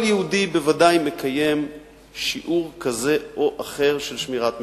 כל יהודי בוודאי מקיים שיעור כזה או אחר של שמירת מצוות.